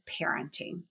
parenting